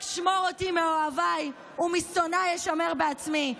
רק שמור אותי מאוהביי, ומשונאיי אישמר בעצמי.